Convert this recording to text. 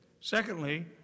Secondly